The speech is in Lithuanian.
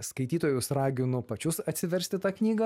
skaitytojus raginu pačius atsiversti tą knygą